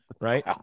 Right